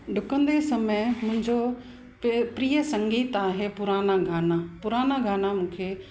डुकंदे समय मुंहिंजो प प्रिय संगीत आहे पुराणा गाना पुराणा गाना मूंखे